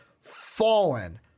fallen